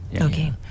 Okay